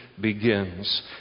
begins